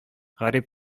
гарип